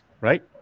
right